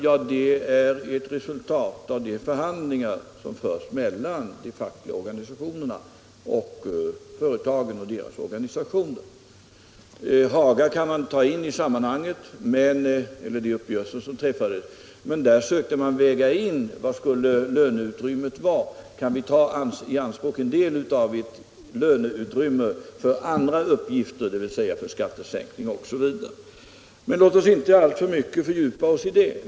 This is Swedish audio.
Ja, de är ett resultat av de förhandlingar som förs mellan de fackliga organisationerna och företagen och deras organisationer. Hagauppgörelserna kan man ta in i sammanhanget, men där sökte man väga in en del av det tillgängliga löneutrymmet och ta det i anspråk för andra uppgifter som skattesänkning osv. Men låt oss inte fördjupa oss i det.